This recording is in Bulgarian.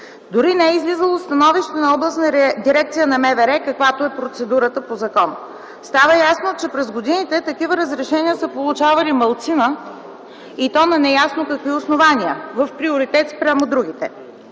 Дори не е излизало становище на Областната дирекция на МВР, каквато е процедурата по закон. Става ясно, че през годините такива разрешения са получавали малцина, и то на неясно какви основания в приоритет спрямо другите.